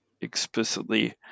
explicitly